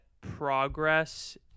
progress